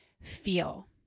feel